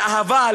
לאהבה,